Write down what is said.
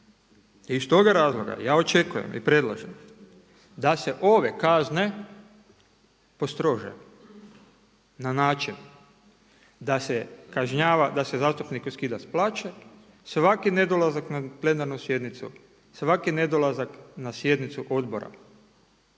I iz toga razloga ja očekujem i predlažem da se ove kazne postrože na način da se kažnjava, da se zastupniku skida s plaće svaki nedolazaka na plenarnu sjednicu, svaki nedolazak na sjednicu odbora.